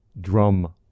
drum